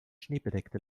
schneebedeckte